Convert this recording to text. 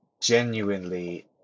genuinely